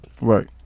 Right